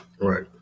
right